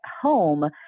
home